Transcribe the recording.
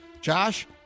Josh